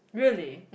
really